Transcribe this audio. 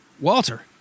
Walter